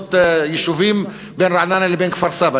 לבנות יישובים בין רעננה לבין כפר-סבא,